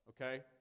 okay